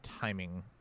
timing